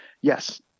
yes